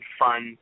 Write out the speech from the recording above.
fun